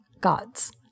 gods